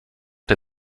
der